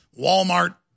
Walmart